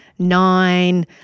nine